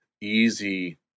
easy